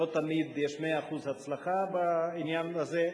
לא תמיד יש 100% הצלחה בעניין הזה.